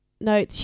no